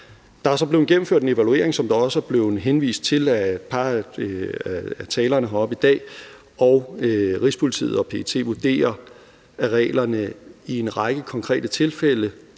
Der er så blevet gennemført en evaluering, som der også er blevet henvist til af et par af talerne heroppe i dag, og Rigspolitiet og PET vurderer, at reglerne i en række konkrete tilfælde